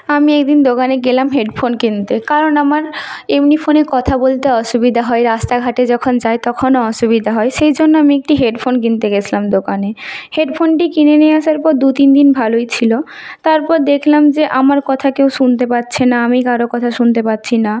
আমি একদিন দোকানে গেলাম হেডফোন কিনতে কারণ আমার এমনি ফোনে কথা বলতে অসুবিধে হয় রাস্তাঘাটে যখন যাই তখন অসুবিধা হয় সেই জন্য আমি একটি হেডফোন কিনতে গিয়েছিলাম দোকানে হেডফোনটি কিনে নিয়ে আসার পর দু তিন দিন ভালোই ছিল তারপর দেখলাম যে আমার কথা কেউ শুনতে পাচ্ছে না আমি কারও কথা শুনতে পাচ্ছি না